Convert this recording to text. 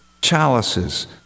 chalices